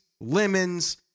Lemons